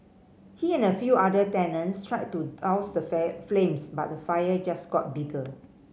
he and a few other tenants tried to douse the flames but the fire just got bigger